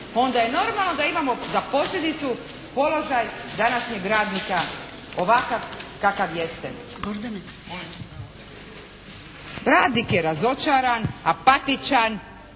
onda je normalno da imamo za posljedicu položaj današnjeg radnika ovakav kakav jeste. Radnik je razočaran, apatičan,